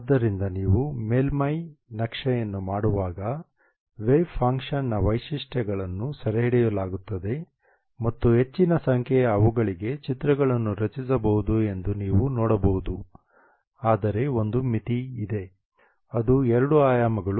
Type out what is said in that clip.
ಆದ್ದರಿಂದ ನೀವು ಮೇಲ್ಮೈ ನಕ್ಷೆಯನ್ನು ಮಾಡುವಾಗ ವೇವ್ ಫಂಕ್ಷನ್ನ ವೈಶಿಷ್ಟ್ಯಗಳನ್ನು ಸೆರೆಹಿಡಿಯಲಾಗುತ್ತದೆ ಮತ್ತು ಹೆಚ್ಚಿನ ಸಂಖ್ಯೆಯ ಅವುಗಳಿಗೆ ಚಿತ್ರಗಳನ್ನು ರಚಿಸಬಹುದು ಎಂದು ನೀವು ನೋಡಬಹುದು ಆದರೆ ಒಂದು ಮಿತಿ ಇದೆ ಅದು ಎರಡು ಆಯಾಮಗಳು